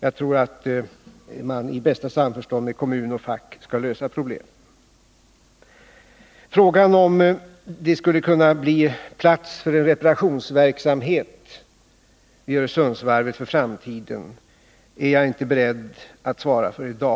Jag tror att man i bästa samförstånd med facket och kommunen skall kunna lösa problemen. Frågan om det skulle kunna bli plats för reparationsverksamhet vid Öresundsvarvet i framtiden är jag inte beredd att svara på i dag.